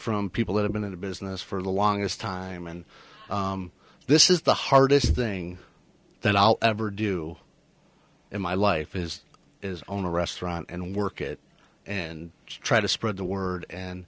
from people that have been in the business for the longest time and this is the hardest thing that i'll ever do in my life is is own a restaurant and work it and try to spread the word and